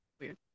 Weird